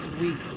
week